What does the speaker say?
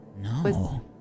No